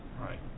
Right